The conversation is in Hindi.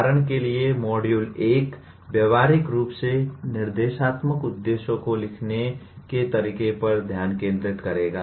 उदाहरण के लिए मॉड्यूल 1 व्यावहारिक रूप से निर्देशात्मक उद्देश्यों को लिखने के तरीके पर ध्यान केंद्रित करेगा